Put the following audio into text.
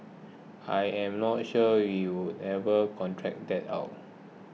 I am not sure we would ever contract that out